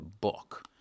book